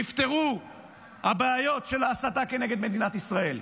נפתרו הבעיות של ההסתה כנגד מדינת ישראל.